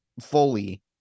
fully